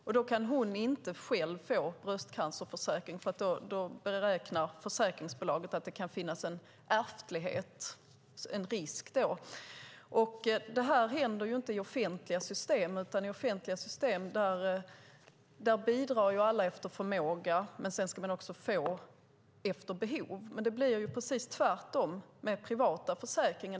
Därför kan inte hon själv få bröstcancerförsäkring; försäkringsbolaget beräknar att det kan finnas en ärftlighet och en risk. Detta händer inte i offentliga system. I offentliga system bidrar alla efter förmåga. Sedan ska man få efter behov. Men det blir precis tvärtom med privata försäkringar.